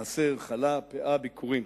מעשר, חלה, פאה, ביכורים.